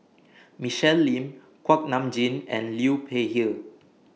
Michelle Lim Kuak Nam Jin and Liu Peihe